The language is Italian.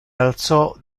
alzò